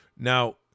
Now